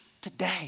today